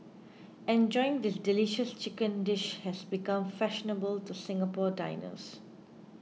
enjoying this delicious chicken dish has become fashionable to Singapore diners